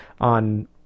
On